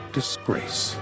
disgrace